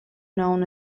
known